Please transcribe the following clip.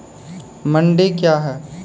मंडी क्या हैं?